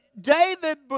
David